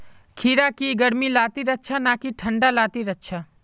खीरा की गर्मी लात्तिर अच्छा ना की ठंडा लात्तिर अच्छा?